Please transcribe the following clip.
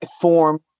form